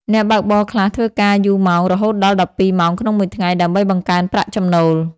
អ្នកបើកបរខ្លះធ្វើការយូរម៉ោង រហូតដល់ ១២ ម៉ោងក្នុងមួយថ្ងៃ ដើម្បីបង្កើនប្រាក់ចំណូល។